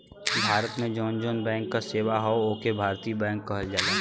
भारत में जौन जौन बैंक क सेवा हौ ओके भारतीय बैंक कहल जाला